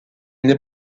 n’est